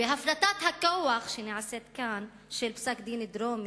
בהפרטת הכוח שנעשית כאן, של פסק-דין דרומי,